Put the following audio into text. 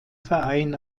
verein